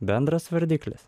bendras vardiklis